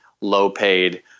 low-paid